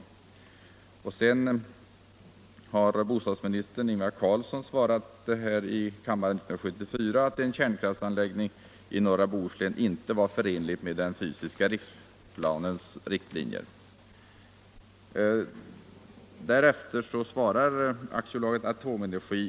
År 1974 sade statsrådet Ingvar Carlsson här i kammaren att en kärnkraftsanläggning i norra Bohuslän inte är förenlig med den fysiska riksplaneringens riktlinjer.